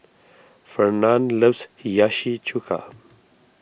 Fernand loves Hiyashi Chuka